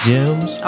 Gems